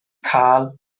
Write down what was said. cael